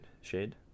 shade